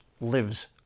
lives